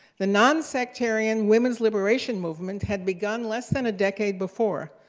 the non-sectarian women's liberation movement had begun less than a decade before,